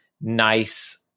nice